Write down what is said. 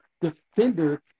defender